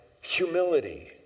humility